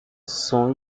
som